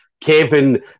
Kevin